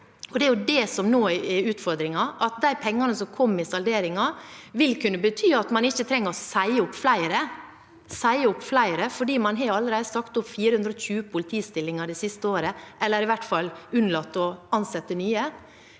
Det er det som nå er utfordringen – at de pengene som kom i salderingen, vil kunne bety at man ikke trenger å si opp flere, for man har allerede sagt opp 420 politistillinger det siste året, eller i hvert fall unnlatt å ansette nye.